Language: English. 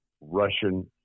Russian